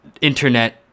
internet